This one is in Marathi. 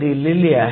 18 आहे